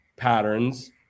patterns